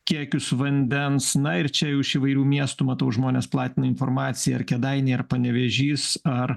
kiekius vandens na ir čia jau iš įvairių miestų matau žmonės platina informaciją ar kėdainiai ar panevėžys ar